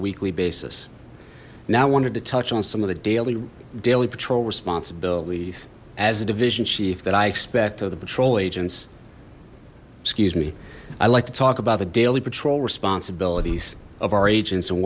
weekly basis now i wanted to touch on some of the daily daily patrol responsibilities as a division chief that i expect of the patrol agents excuse me i'd like to talk about the daily patrol responsibilities of our agents and